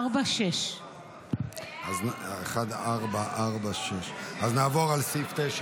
1446. נעבור להצבעה על סעיף 9